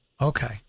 Okay